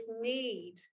need